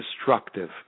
destructive